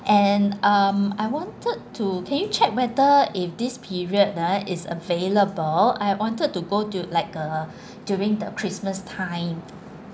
and um I wanted to can you check whether if this period ah is available I wanted to go to like uh during the christmas time